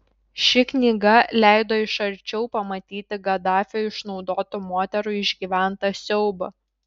ši knyga leido iš arčiau pamatyti gaddafio išnaudotų moterų išgyventą siaubą